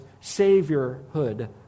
saviorhood